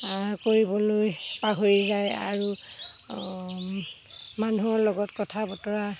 কৰিবলৈ পাহৰি যায় আৰু মানুহৰ লগত কথা বতৰা